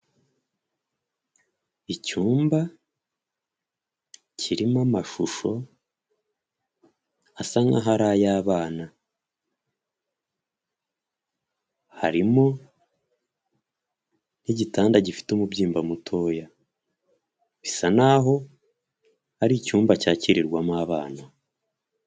Icyumba kirimo amashusho asa nkaho ari ay'abana; harimo n'igitanda gifite umubyimba mutoya; bisa naho ari icyumba cyakirirwamo abana.